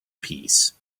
peace